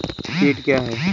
कीट क्या है?